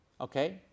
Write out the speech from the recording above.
Okay